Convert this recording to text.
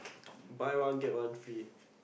buy one get one free